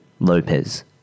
Lopez